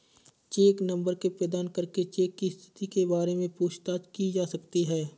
check number प्रदान करके cheque की स्थिति के बारे में पूछताछ की जा सकती है